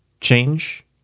change